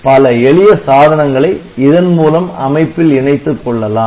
பல எளிய சாதனங்களை இதன் மூலம் அமைப்பில் இணைத்துக் கொள்ளலாம்